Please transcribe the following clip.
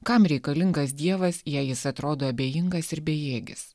kam reikalingas dievas jei jis atrodo abejingas ir bejėgis